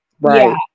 Right